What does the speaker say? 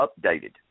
updated